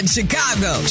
Chicago